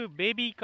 baby